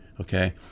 Okay